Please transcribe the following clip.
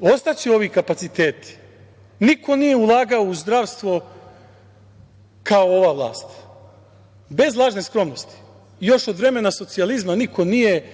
ostaće ovi kapaciteti. Niko nije ulagao u zdravstvo kao ova vlast, bez lažne skromnosti. Još od vremena socijalizma, niko nije